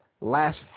Last